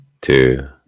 two